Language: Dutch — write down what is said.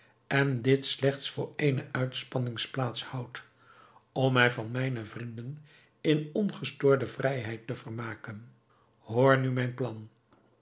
en dit slechts voor eene uitspanningsplaats houd om mij met mijne vrienden in ongestoorde vrijheid te vermaken hoor nu mijn plan